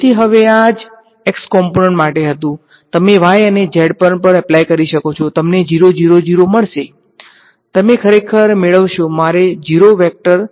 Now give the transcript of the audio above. તેથી હવે આ જ x કોમ્પોનંટ માટે હતું તમે y ને અને z પર એપ્લાય કરી શકો છો તમને 0 0 0 મળશે તમે ખરેખર મેળવશો મારે આ 0 વેક્ટર તરીકે લખવું જોઈએ